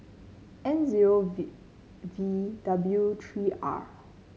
N zero V V W three R